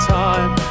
time